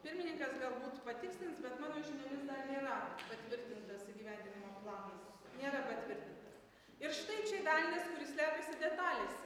pirmininkas galbūt patikslins bet mano žiniomis dar nėra patvirtintas įgyvendinimo planas nėra patvirtintas ir štai čia velnias kuris slepiasi detalėse